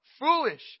Foolish